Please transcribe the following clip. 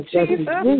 Jesus